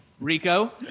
Rico